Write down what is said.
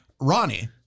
Ronnie